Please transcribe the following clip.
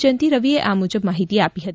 જયંતિ રવિએ આ મુજબ માહિતી આપી હતી